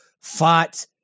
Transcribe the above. fought